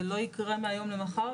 זה לא יקרה מהיום למחר,